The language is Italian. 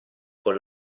con